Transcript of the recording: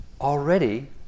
Already